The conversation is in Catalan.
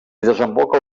desemboca